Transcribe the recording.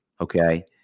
Okay